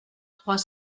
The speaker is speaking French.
trois